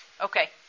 Okay